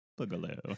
boogaloo